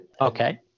Okay